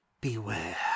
Beware